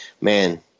man